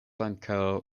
ankaŭ